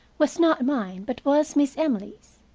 was not mine, but was miss emily's.